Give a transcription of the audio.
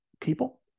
people